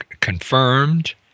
confirmed